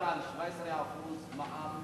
אדוני יכול לדבר על 17% מע"מ?